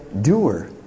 doer